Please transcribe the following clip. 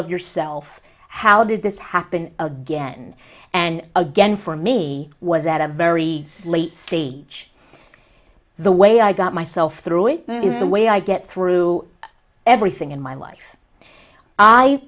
of yourself how did this happen again and again for me was at a very late stage the way i got myself through it is the way i get through everything in my life i